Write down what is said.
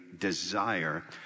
Desire